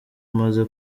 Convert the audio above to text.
umaze